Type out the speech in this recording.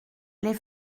les